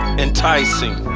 enticing